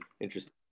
interesting